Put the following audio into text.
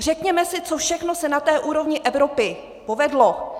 Řekněme si, co všechno se na úrovni Evropy povedlo.